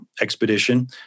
expedition